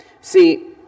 See